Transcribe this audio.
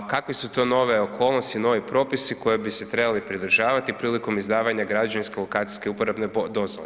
Kakve su to nove okolnosti, novi propisi koji bi se trebali pridržavati prilikom izdavanja građevinske, lokacijske ili uporabne dozvole?